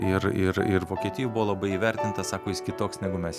ir ir ir vokietijoj buvo labai įvertinta sako jis kitoks negu mes